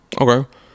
Okay